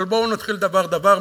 אבל בואו נתחיל דבר-דבר,